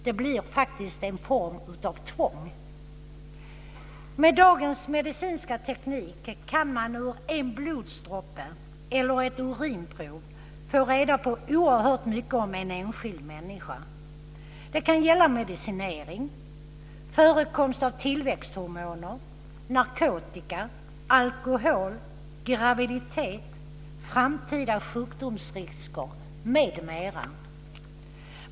Det blir faktiskt en form av tvång. Med dagens medicinska teknik kan man ur en blodsdroppe eller ett urinprov få reda på oerhört mycket om en enskild människa. Det kan gälla medicinering, förekomst av tillväxthormoner, narkotika, alkohol, graviditet, framtida sjukdomsrisker m.m.